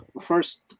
first